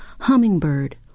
Hummingbird